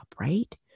right